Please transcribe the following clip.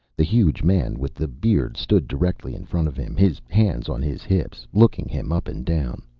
the huge man with the beard stood directly in front of him, his hands on his hips, looking him up and down.